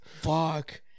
Fuck